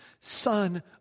Son